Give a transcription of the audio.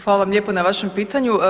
Hvala vam lijepo na vašem pitanju.